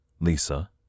Lisa